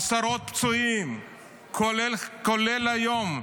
עשרות פצועים כולל היום,